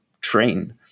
train